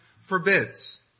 forbids